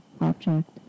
object